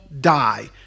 die